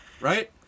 Right